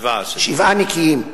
שבעה נקיים.